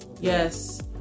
Yes